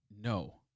no